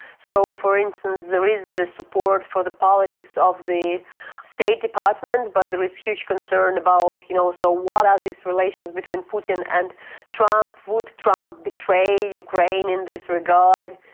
so, for instance, there is the support for the politics of the state department, but there is huge concern about, you know, so what are these relations between putin and trump? would trump betray ukraine in this regard?